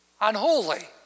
unholy